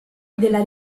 della